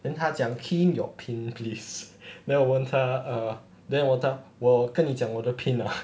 then 他讲 key in your pin please then 我问他 err then 我当我跟你讲我的 pin ah